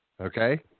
Okay